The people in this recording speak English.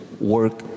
work